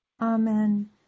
Amen